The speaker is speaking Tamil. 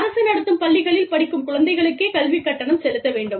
அரசு நடத்தும் பள்ளிகளில் படிக்கும் குழந்தைகளுக்கே கல்விக் கட்டணம் செலுத்த வேண்டும்